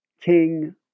King